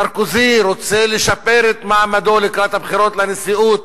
סרקוזי רוצה לשפר את מעמדו לקראת הבחירות לנשיאות,